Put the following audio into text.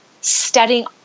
studying